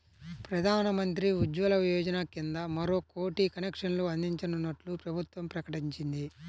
ప్రధాన్ మంత్రి ఉజ్వల యోజన కింద మరో కోటి కనెక్షన్లు అందించనున్నట్లు ప్రభుత్వం ప్రకటించింది